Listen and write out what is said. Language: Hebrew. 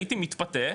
הייתי מתפתה,